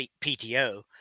pto